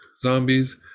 zombies